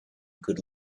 good